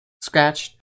scratched